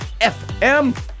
FM